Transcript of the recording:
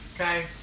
okay